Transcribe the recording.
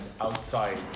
outside